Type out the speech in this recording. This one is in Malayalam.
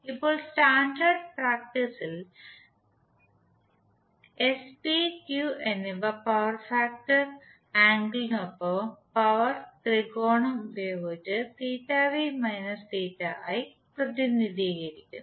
ഇപ്പോൾ സ്റ്റാൻഡേർഡ് പ്രാക്ടീസിൽ എസ് പി ക്യൂ എന്നിവ പവർ ഫാക്ടർ ആംഗിളിനൊപ്പം പവർ ത്രികോണം ഉപയോഗിച്ച് പ്രതിനിധീകരിക്കുന്നു